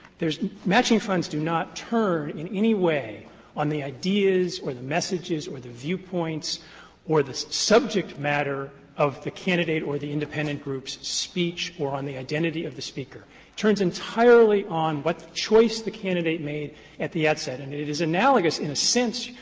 there's matching funds do not turn in any way on the ideas or the messages or the viewpoints or the subject matter of the candidate or the independent group's speech or on the identity of the speaker. it turns entirely on what choice the candidate made at the outset. and it is analogous, in a sense,